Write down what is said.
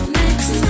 next